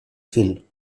fil